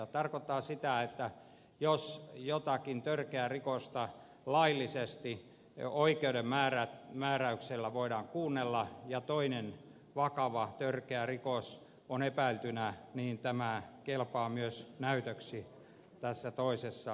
se tarkoittaa sitä että jos jotakin törkeää rikosta laillisesti oikeuden määräyksellä voidaan kuunnella ja toinen vakava törkeä rikos on epäiltynä niin tämä kelpaa myös näytöksi tässä toisessa rikoksessa